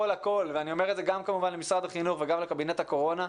ואני אומר את זה כמובן למשרד החינוך וגם לקבינט הקורונה,